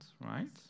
right